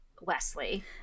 Wesley